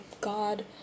God